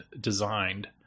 designed